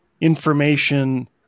information